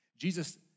Jesus